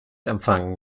empfangen